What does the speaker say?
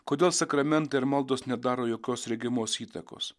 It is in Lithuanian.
kodėl sakramentai ir maldos nedaro jokios regimos įtakos